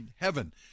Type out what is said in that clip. heaven